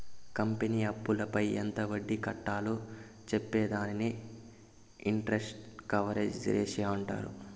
company అప్పులపై ఎంత వడ్డీ కట్టాలో చెప్పే దానిని ఇంటరెస్ట్ కవరేజ్ రేషియో అంటారు